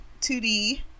2D